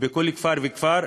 בכל כפר וכפר.